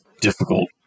difficult